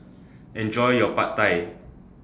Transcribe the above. Enjoy your Pad Thai